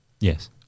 Yes